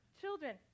Children